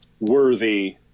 worthy